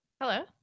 Hello